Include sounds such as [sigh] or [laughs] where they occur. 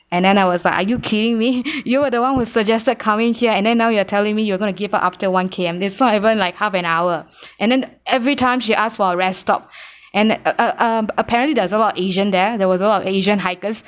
and then I was like are you kidding me [laughs] you were the one who suggested coming here and then now you're telling me you are going to give up after one K_M this is not even like half an hour and then every time she asked for a rest stop and uh uh apparently there's a lot of asian there there was a lot of asian hikers